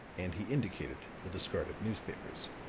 and he indicated the discarded newspapers.